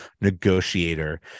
negotiator